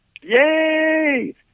Yay